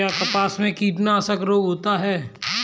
क्या कपास में भी कीटनाशक रोग होता है?